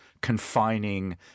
confining